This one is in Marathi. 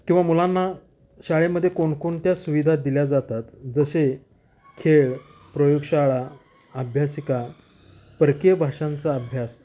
किंवा मुलांना शाळेमध्ये कोणकोणत्या सुविधा दिल्या जातात जसे खेळ प्रयोगशाळा अभ्यासिका परकीय भाषांचा अभ्यास